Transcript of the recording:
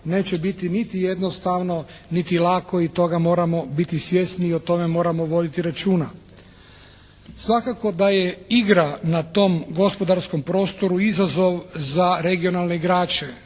neće biti niti jednostavno, niti lako i toga moramo biti svjesni i o tome moramo voditi računa. Svakako da je igra na tom gospodarskom prostoru izazov za regionalne igrače,